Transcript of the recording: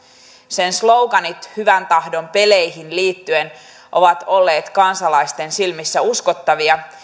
sen sloganit hyvän tahdon peleihin liittyen ovat olleet kansalaisten silmissä uskottavia